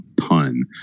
pun